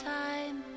time